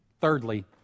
Thirdly